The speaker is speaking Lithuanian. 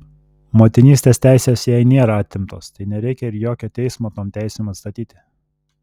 motinystės teisės jai nėra atimtos tai nereikia ir jokio teismo tom teisėm atstatyti